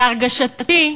להרגשתי,